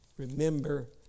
Remember